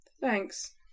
thanks